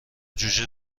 جوجه